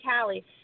Callie